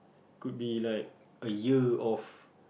could be like a year of